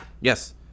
Yes